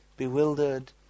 bewildered